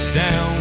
down